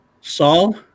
Saul